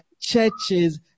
Churches